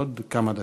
עוד כמה דקות.